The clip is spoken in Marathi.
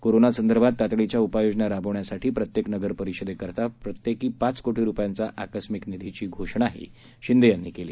कोरोनासंदर्भात तातडीच्या उपाययोजना राबवण्यासाठी प्रत्येक नगर परिषदेकरता प्रत्येकी पाच कोटी रूपयांचा आकस्मिक निधीची घोषणाही शिंदे यांनी यावेळी केली